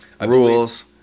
rules